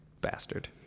Bastard